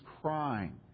crying